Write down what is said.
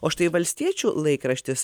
o štai valstiečių laikraštis